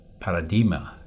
paradigma